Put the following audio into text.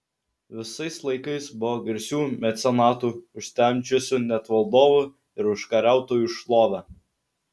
visais laikais buvo garsių mecenatų užtemdžiusių net valdovų ir užkariautojų šlovę